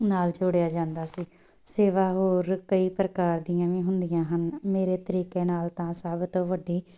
ਨਾਲ ਜੋੜਿਆ ਜਾਂਦਾ ਸੀ ਸੇਵਾ ਹੋਰ ਕਈ ਪ੍ਰਕਾਰ ਦੀਆਂ ਵੀ ਹੁੰਦੀਆਂ ਹਨ ਮੇਰੇ ਤਰੀਕੇ ਨਾਲ ਤਾਂ ਸਭ ਤੋਂ ਵੱਡੀ